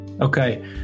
Okay